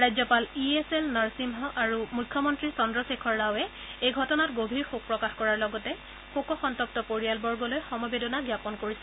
ৰাজ্যপাল E S L Narasimha আৰু মুখ্যমন্ত্ৰী চন্দ্ৰশেখৰ ৰাওৱে এই ঘটনাত গভীৰ শোক প্ৰকাশ কৰাৰ লগতে শোক সন্তপ্ত পৰিয়ালবৰ্গলৈ সমবেদনা জ্ঞাপন কৰিছে